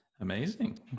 Amazing